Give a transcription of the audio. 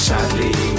Sadly